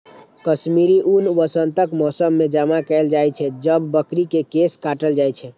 कश्मीरी ऊन वसंतक मौसम मे जमा कैल जाइ छै, जब बकरी के केश काटल जाइ छै